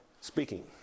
speaking